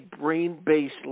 brain-based